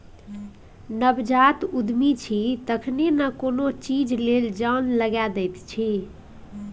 नवजात उद्यमी छी तखने न कोनो चीज लेल जान लगा दैत छी